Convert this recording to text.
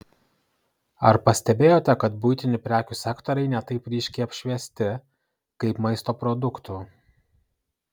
ar pastebėjote kad buitinių prekių sektoriai ne taip ryškiai apšviesti kaip maisto produktų